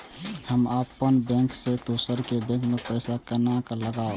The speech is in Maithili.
हम अपन बैंक से दोसर के बैंक में पैसा केना लगाव?